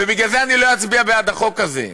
ובגלל זה אני לא אצביע בעד החוק הזה,